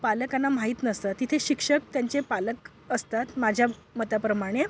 पालकांना माहीत नसतं तिथे शिक्षक त्यांचे पालक असतात माझ्या मताप्रमाणे